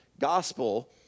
gospel